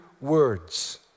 words